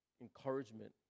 encouragement